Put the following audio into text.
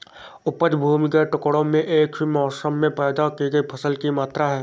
उपज भूमि के टुकड़े में एक ही मौसम में पैदा की गई फसल की मात्रा है